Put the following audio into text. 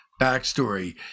backstory